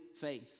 faith